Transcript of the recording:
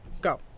go